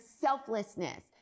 selflessness